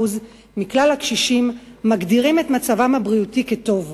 מכלל הקשישים המגדירים את מצבם הבריאותי כטוב.